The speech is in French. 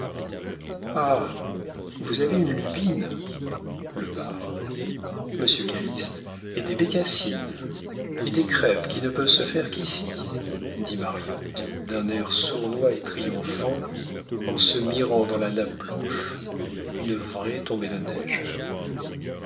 vous avez une lubine le bar monsieur calyste et des bécassines et des crêpes qui ne peuvent se faire qu'ici dit mariotte d'un air sournois et triomphant en se mirant dans la nappe blanche une vraie tombée de neige